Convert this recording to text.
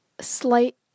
slight